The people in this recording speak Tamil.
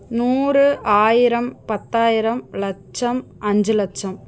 நூறு ஆயிரம் பத்தாயிரம் லட்சம் அஞ்சு லட்சம்